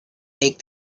make